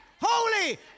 holy